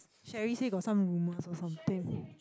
Shary say got some rumours or some tame